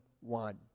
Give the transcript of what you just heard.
one